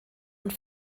und